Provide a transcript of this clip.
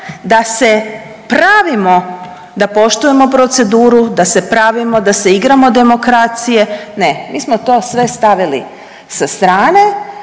da se pravimo da poštujemo proceduru, da se pravimo da se igramo demokracije. Ne, mi smo to sve stavili sa strane